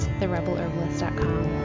therebelherbalist.com